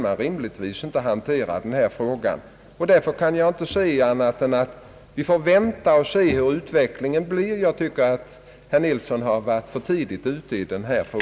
Jag kan därför inte finna annat än att vi måste vänta och se hurdan utvecklingen blir. Jag tycker att herr Nilsson varit för tidigt ute i denna frå